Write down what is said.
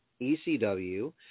ECW